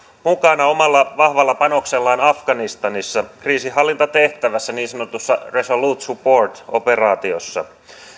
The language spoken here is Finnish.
mukana omalla vahvalla panoksellaan afganistanissa kriisinhallintatehtävässä niin sanotussa resolute support operaatiossa